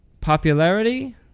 popularity